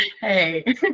Hey